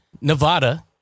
Nevada